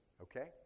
okay